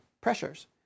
pressures